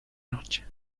noche